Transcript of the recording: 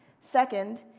Second